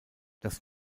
das